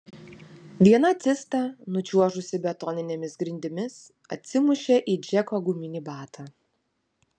viena cista nučiuožusi betoninėmis grindimis atsimušė į džeko guminį batą